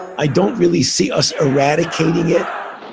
i don't really see us eradicating yeah